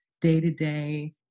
day-to-day